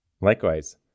Likewise